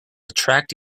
attract